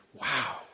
Wow